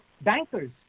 bankers